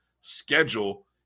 schedule